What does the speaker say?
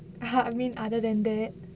I mean other than that